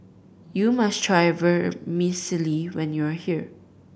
you must try Vermicelli when you are here